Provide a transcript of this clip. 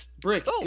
Brick